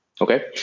okay